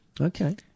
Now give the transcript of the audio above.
okay